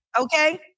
Okay